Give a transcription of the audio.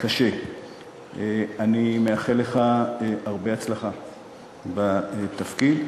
אני מאחל לך הרבה הצלחה בתפקיד,